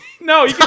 No